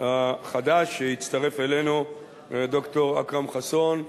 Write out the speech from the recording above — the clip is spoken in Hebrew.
החדש שהצטרף אלינו, ד"ר אכרם חסון.